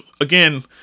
again